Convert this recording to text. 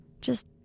Just